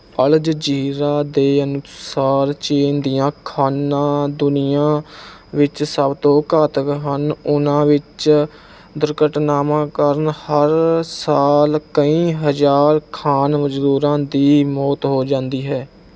ਅਲ Jazeera ਦੇ ਅਨੁਸਾਰ ਚੀਨ ਦੀਆਂ ਖਾਨਾਂ ਦੁਨੀਆ ਵਿੱਚ ਸਭ ਤੋਂ ਘਾਤਕ ਹਨ ਉਨ੍ਹਾਂ ਵਿੱਚ ਦੁਰਘਟਨਾਵਾਂ ਕਾਰਨ ਹਰ ਸਾਲ ਕਈ ਹਜ਼ਾਰ ਖਾਨ ਮਜ਼ਦੂਰਾਂ ਦੀ ਮੌਤ ਹੋ ਜਾਂਦੀ ਹੈ